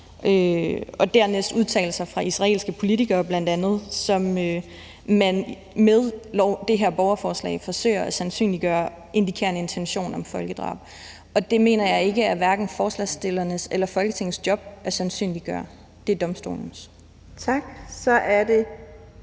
er det udtalelser fra bl.a. israelske politikere, som man med det her borgerforslag forsøger at sandsynliggøre har en intention om folkedrab, og det mener jeg ikke er hverken forslagsstillernes eller Folketingets job at sandsynliggøre, det er domstolenes. Kl.